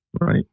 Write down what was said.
right